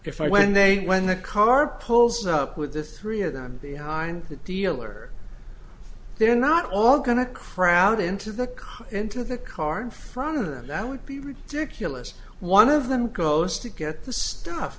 if i when they when the car pulls up with the three of them behind the dealer they're not all going to crowd into the car into the car in front of them that would be ridiculous one of them goes to get the stuff